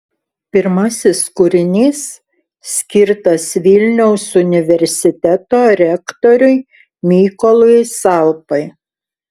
pirmasis kūrinys skirtas vilniaus universiteto rektoriui mykolui salpai